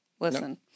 Listen